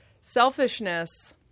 Selfishness